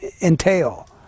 entail